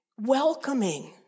welcoming